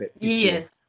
Yes